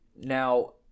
Now